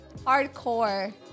hardcore